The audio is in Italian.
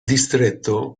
distretto